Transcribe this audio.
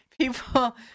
People